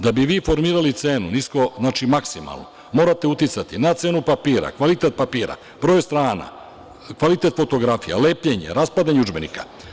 Da bi vi formirali cenu maksimalno, morate uticati na cenu papira, kvalitet papira, broj strana, kvalitet fotografija, lepljenje, raspadanje udžbenika.